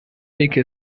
elke